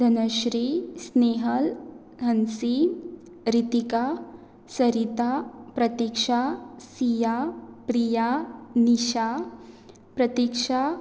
Dhanashree Snehal Hansi Ritika Sarita Pratiksha Siya Priya Nisha Pratiksha